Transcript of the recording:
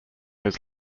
his